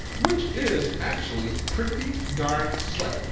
which is actually pretty darn slick.